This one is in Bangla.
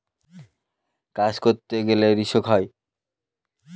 কাজ করতে হলে রিস্ক হয়